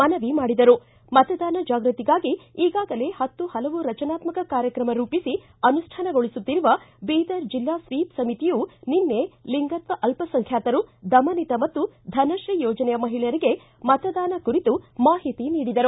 ಮನವಿ ಮತದಾನ ಜಾಗೃತಿಗಾಗಿ ಈಗಾಗಲೇ ಹತ್ತು ಹಲವು ರಚನಾತ್ಮ ಕಾರ್ಯಕ್ರಮ ರೂಪಿಸಿ ಅನುಷ್ಠಾನಗೊಳಿಸುತ್ತಿರುವ ಬೀದರ್ ಜಿಲ್ಲಾ ಸ್ವೀಪ್ ಸಮಿತಿಯು ನಿನ್ನೆ ಲಿಂಗತ್ವ ಅಲ್ಪಸಂಖ್ಯಾತರು ದಮನಿತ ಮತ್ತು ಧಸತ್ರೀ ಯೋಜನೆಯ ಮಹಿಳೆಯರಿಗೆ ಮತದಾನ ಕುರಿತು ಮಾಹಿತಿ ನೀಡಲಾಯಿತು